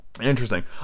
Interesting